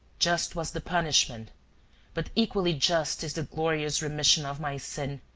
just was the punishment but equally just is the glorious remission of my sin.